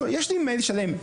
יש לי מייל שלם,